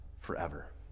forever